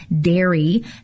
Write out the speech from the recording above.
dairy